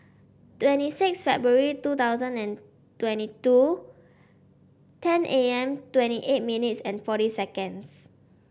twenty six February two thousand and twenty two ten A M twenty eight minutes and forty seconds